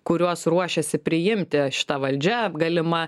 kuriuos ruošiasi priimti šita valdžia galima